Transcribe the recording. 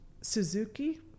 Suzuki